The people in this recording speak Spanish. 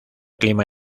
clima